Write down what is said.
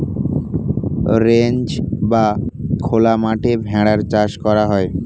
ranch বা খোলা মাঠে ভেড়ার চাষ করা হয়